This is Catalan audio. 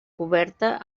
coberta